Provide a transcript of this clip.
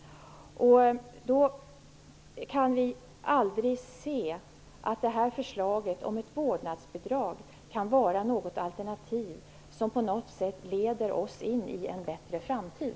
Därför kan vi Socialdemokrater aldrig se att förslaget om ett vårdnadsbidrag är ett alternativ som på något sätt leder till en bättre framtid.